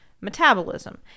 metabolism